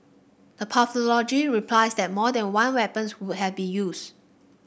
the pathologist replied that more than one weapon could have been used